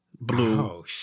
Blue